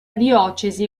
diocesi